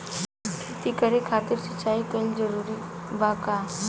खेती करे खातिर सिंचाई कइल जरूरी बा का?